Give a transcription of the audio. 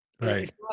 Right